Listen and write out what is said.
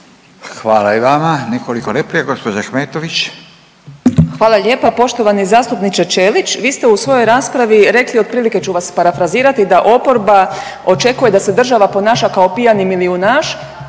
Gđa. Ahmetović. **Ahmetović, Mirela (SDP)** Hvala lijepa. Poštovani zastupniče Ćelić, vi ste u svojoj raspravi rekli, otprilike ću vas parafrazirati, da oporba očekuje da se država ponaša kao pijani milijunaš